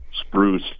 spruce